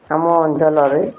ଆମ ଅଞ୍ଚଳରେ